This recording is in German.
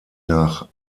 nach